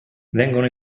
vengono